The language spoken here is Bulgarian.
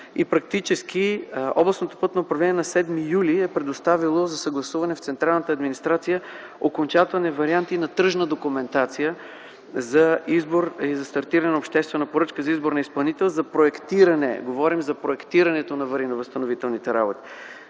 и практически областното пътно управление на 7 юли т.г. е предоставило за съгласуване в централната администрация окончателни варианти на тръжна документация за стартиране на обществена поръчка за избор на изпълнител за проектиране – говорим за проектирането на аварийно-възстановителните работи.